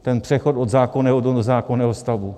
Ten přechod od zákonného do nezákonného stavu?